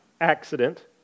accident